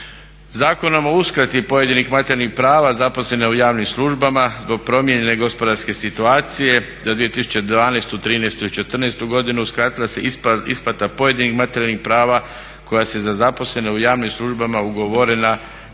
Zakonom o uskrati pojedinih materijalnih prava zaposlenih u javnim službama zbog promijenjene gospodarske situacije za 2012., 2013. i 2014. godinu uskratila su se pojedina materijalna prava koja su za zaposlene u javnim službama ugovorena